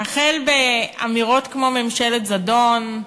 החל באמירות כמו "ממשלת זדון"